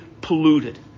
polluted